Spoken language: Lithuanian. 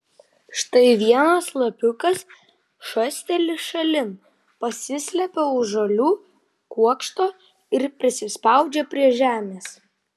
štai vienas lapiukas šasteli šalin pasislepia už žolių kuokšto ir prisispaudžia prie žemės